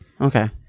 Okay